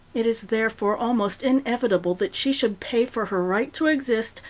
it is therefore almost inevitable that she should pay for her right to exist,